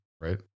Right